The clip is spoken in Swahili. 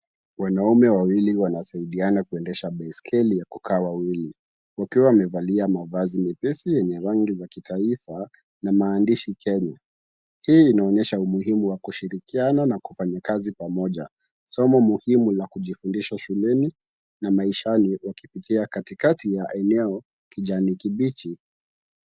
Wanaume wawili wanasaidiana kuendesha baiskeli ya kukaa wawili, wakiwa wamevalia mavazi nyepesi yenye rangi za kitaifa na maandishi Kenya. Hii inaonyesha umuhimu wa kushirikiana na kufanya kazi pamoja, somo muhimu la kujifundisha shuleni na maishani wakipitia katikati ya eneo kijani kibichi.